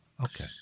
Okay